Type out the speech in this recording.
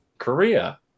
Korea